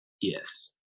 Yes